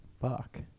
fuck